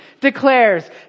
declares